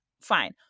fine